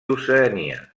oceania